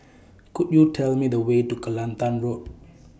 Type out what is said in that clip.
Could YOU Tell Me The Way to Kelantan Road